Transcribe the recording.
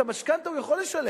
את המשכנתה הוא יכול לשלם,